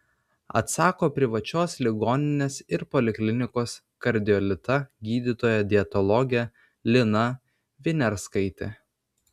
atsako privačios ligoninės ir poliklinikos kardiolita gydytoja dietologė lina viniarskaitė